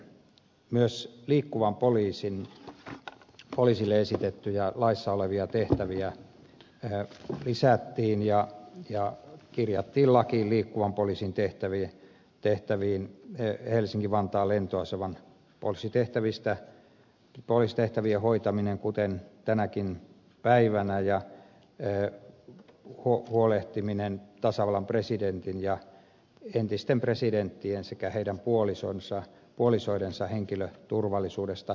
myös liikkuvalle poliisille esitettyjä laissa olevia tehtäviä lisättiin ja kirjattiin lakiin liikkuvan poliisin tehtäviin helsinkivantaan lentoaseman poliisitehtävien hoitaminen kuten tänäkin päivänä ja huolehtiminen tasavallan presidentin ja entisten presidenttien sekä heidän puolisoidensa henkilöturvallisuudesta